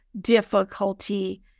difficulty